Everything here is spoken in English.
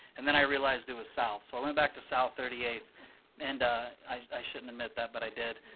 and then i realized it was south. so i went back to south thirty eighth and i i shouldn't admit that but i did.